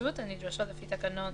הנגישות הנדרשות לפי תקנות